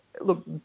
Look